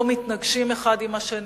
לא מתנגשים אחד עם האחר.